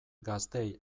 gazteei